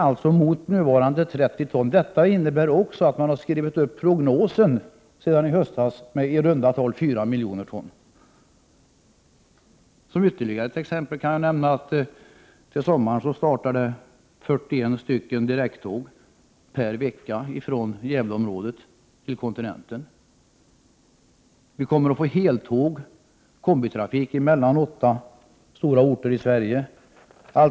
Malmtrafiken är då ej inräknad. Detta innebär att man har skrivit upp prognosen sedan i höstas med ca 4 milj. ton. Jag kan nämna ytterligare ett exempel. Till sommaren startar 41 direkttåg per vecka från Gävleområdet till kontinenten. Vi kommer att få heltåg och kombitrafik mellan åtta stora orter i Sverige.